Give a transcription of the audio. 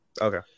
Okay